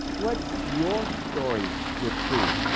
what is your story with food?